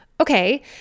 Okay